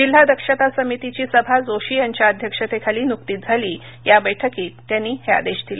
जिल्हा दक्षता समितीची सभा जोशी यांच्या अध्यक्षतेखाली नुकतीच झाली या बैठकीत त्यांनी हे आदेश दिले